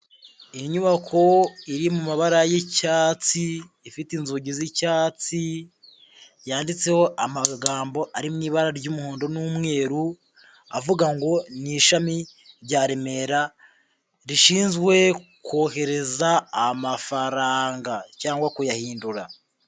Inyubako iri mu mabara y'icyatsi, ifite inzugi z'icyatsi, yanditseho amagambo ari mu ibara ry'umuhondo n'umweru, avuga ngo "n'ishami rya Remera rishinzwe kohereza amafaranga cyangwa kuyahindura"